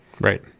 Right